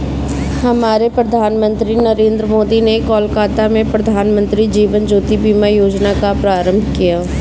हमारे प्रधानमंत्री नरेंद्र मोदी ने कोलकाता में प्रधानमंत्री जीवन ज्योति बीमा योजना का प्रारंभ किया